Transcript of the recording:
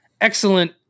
Excellent